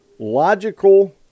Logical